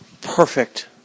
Perfect